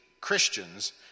Christians